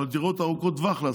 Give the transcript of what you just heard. אבל דירות להשכרה